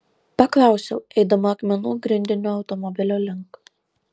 paklausiau eidama akmenų grindiniu automobilio link